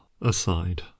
aside